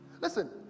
Listen